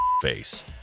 Face